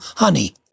Honey